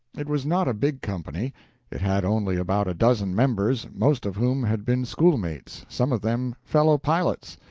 it was not a big company it had only about a dozen members, most of whom had been schoolmates, some of them fellow-pilots,